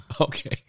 Okay